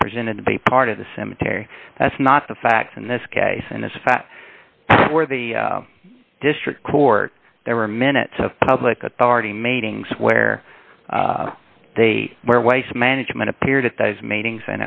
represented to be part of the cemetery that's not the facts in this case and this fact where the district court there were minutes of public authority matings where they where waste management appeared at those meetings